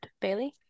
Bailey